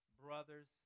brothers